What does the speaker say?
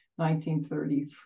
1930